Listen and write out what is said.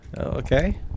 Okay